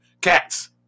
cats